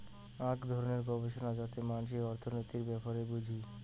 আক ধরণের গবেষণা যেতে মানসি অর্থনীতির ব্যাপার বুঝি